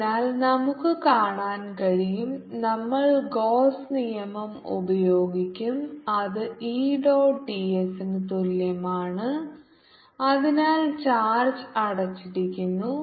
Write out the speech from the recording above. അതിനാൽ നമുക്ക് കാണാൻ കഴിയും നമ്മൾ ഗോസ്സ് നിയമം ഉപയോഗിക്കും അത് E dot ds ന് തുല്യമാണ് അതിനാൽ ചാർജ്ജ് അടച്ചിരിക്കുന്നു